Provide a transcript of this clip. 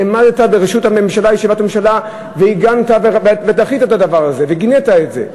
ונעמדת בישיבת הממשלה והגנת ודחית את הדבר הזה וגינית את זה.